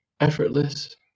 effortless